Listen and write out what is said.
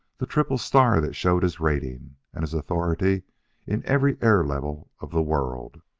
the triple star that showed his rating and his authority in every air-level of the world.